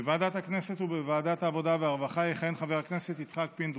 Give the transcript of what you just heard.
בוועדת הכנסת ובוועדת העבודה והרווחה יכהן חבר הכנסת יצחק פינדרוס,